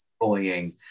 bullying